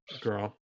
girl